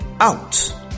out